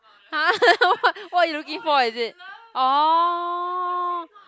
!huh! what what are you looking for is it orh